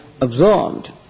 absorbed